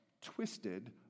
twisted